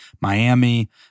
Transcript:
Miami